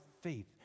faith